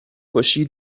کشی